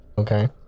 Okay